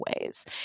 ways